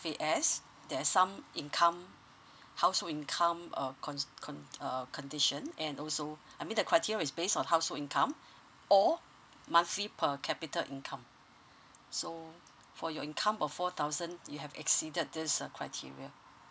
F_A_S there's some income household income uh con~ con~ err condition and also I mean the criteria is based on household income or monthly per capita income so for your income or four thousand you have exceeded this uh criteria